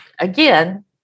again